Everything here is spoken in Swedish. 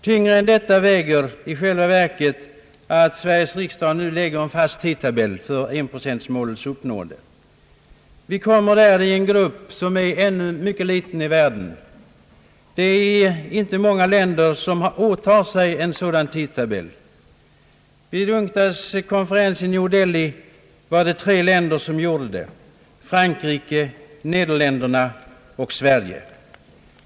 Tyngre än tvisten om årtal väger i själva verket att Sveriges riksdag lägger en fast tidtabell för att nå enprocentmålet. Vi kommer att tillhöra en grupp som ännu är mycket liten i världen. Det är inte många länder som åtar sig en sådan tidtabell. Vid UNCTAD-konferensen i New Delhi var det tre länder som gjorde det, Frankrike, Nederländerna och Sverige.